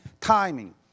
timing